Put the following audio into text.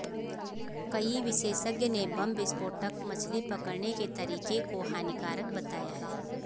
कई विशेषज्ञ ने बम विस्फोटक मछली पकड़ने के तरीके को हानिकारक बताया है